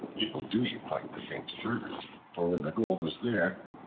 it will do you quite the same service for when the gold was there,